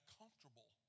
comfortable